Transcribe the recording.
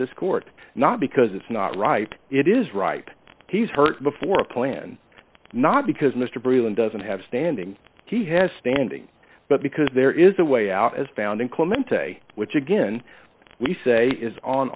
this court not because it's not right it is right he's hurt before a plan not because mr britling doesn't have standing he has standing but because there is a way out as found in clemente which again we say is on